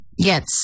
Yes